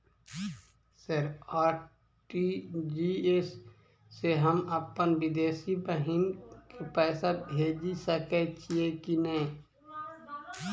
Sir RTGS सँ हम अप्पन विदेशी बहिन केँ पैसा भेजि सकै छियै की नै?